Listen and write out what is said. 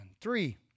Three